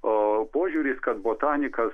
a požiūris kad botanikas